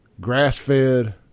Grass-fed